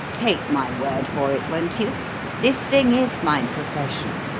take my word for it, won't you this thing is my profession.